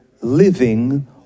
living